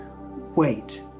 wait